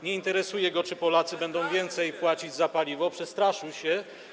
nie interesuje go, czy Polacy będą więcej płacić za paliwo, przestraszył się.